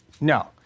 No